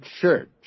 church